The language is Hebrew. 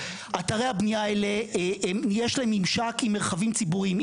אתרי הבניה האלה יש להם ממשק עם מרחבים ציבוריים,